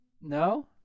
No